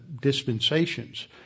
dispensations